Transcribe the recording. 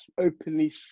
openly